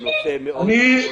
נושא משמעותי מאוד.